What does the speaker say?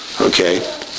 okay